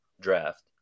draft